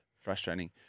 frustrating